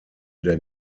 der